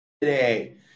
Today